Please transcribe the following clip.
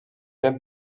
eren